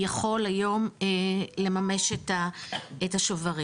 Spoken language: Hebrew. יכול היום לממש את השוברים.